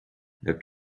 have